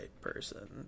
person